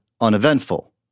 uneventful